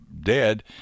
dead